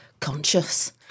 conscious